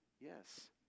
Yes